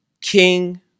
king